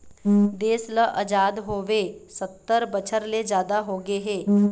देश ल अजाद होवे सत्तर बछर ले जादा होगे हे